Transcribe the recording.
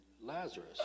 Lazarus